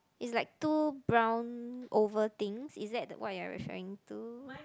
is like two brown oval things is that what you are referring to